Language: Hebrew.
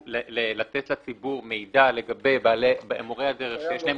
היא לתת לציבור מידע לגבי מורי הדרך שיש להם